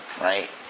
Right